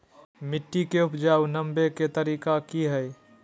मिट्टी के उपजाऊ बनबे के तरिका की हेय?